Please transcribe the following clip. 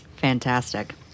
fantastic